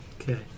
Okay